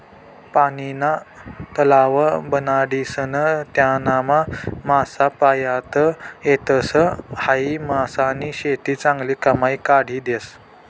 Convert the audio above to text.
पानीना तलाव बनाडीसन त्यानामा मासा पायता येतस, हायी मासानी शेती चांगली कमाई काढी देस